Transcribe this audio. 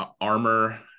armor